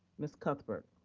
ms. cuthbert.